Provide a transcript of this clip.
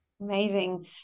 amazing